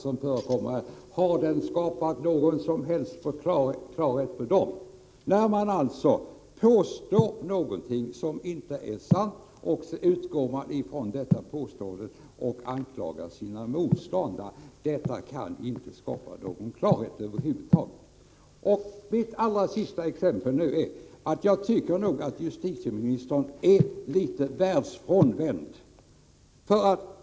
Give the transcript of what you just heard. Har debatten skapat någon som helst klarhet för dem? Man påstår alltså någonting som inte är sant. Man utgår sedan från det påståendet och anklagar sina motståndare. Detta kan inte skapa någon klarhet över huvud taget. Jag tycker nog att justitieministern är litet världsfrånvänd.